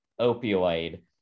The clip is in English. opioid